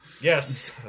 Yes